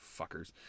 Fuckers